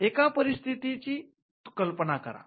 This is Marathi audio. एका परिस्थितीची कल्पना करा